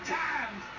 times